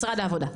משרד העבודה.